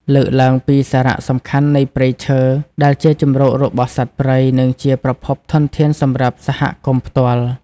លើកឡើងពីសារៈសំខាន់នៃព្រៃឈើដែលជាជម្រករបស់សត្វព្រៃ និងជាប្រភពធនធានសម្រាប់សហគមន៍ផ្ទាល់។